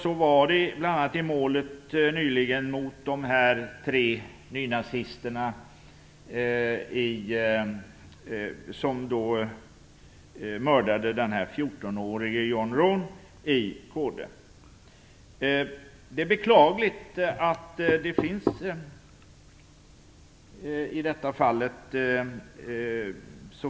Så var det bl.a. i målet mot de tre nynazisterna som mördade den 14-årige John Hron i Kode. Det är beklagligt att den möjligheten finns.